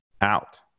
out